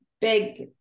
big